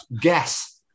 Guess